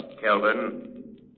Kelvin